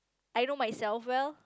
I know myself well